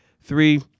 Three